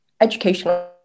educational